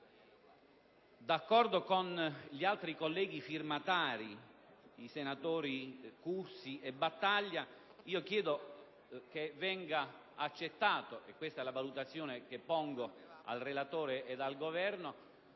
D'accordo con gli altri colleghi firmatari, i senatori Cursi e Battaglia, chiedo che venga accettata - è questa la valutazione che pongo al relatore e al Governo